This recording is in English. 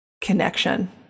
connection